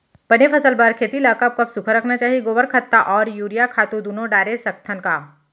बने फसल बर खेती ल कब कब सूखा रखना चाही, गोबर खत्ता और यूरिया खातू दूनो डारे सकथन का?